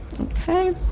Okay